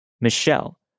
Michelle